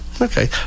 Okay